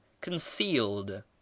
concealed